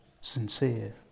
sincere